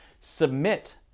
submit